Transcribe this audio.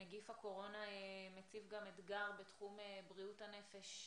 נגיף הקורונה מציב גם אתגר בתחום בריאות הנפש.